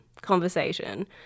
conversation